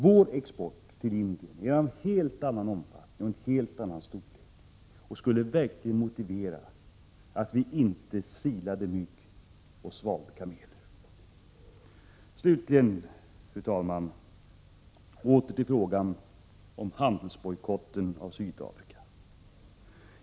Vår export till Indien är av helt annan och mycket större omfattning och skulle verkligen motivera att vi inte silar mygg och sväljer kameler. Slutligen, fru talman, åter till frågan om handelsbojkott av Sydafrika.